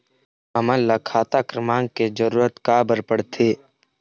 हमन ला खाता क्रमांक के जरूरत का बर पड़थे?